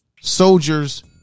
soldiers